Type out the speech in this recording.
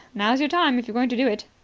now's your time, if you're going to do it.